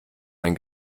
ein